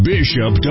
Bishop